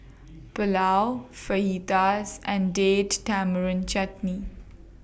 Pulao Fajitas and Date Tamarind Chutney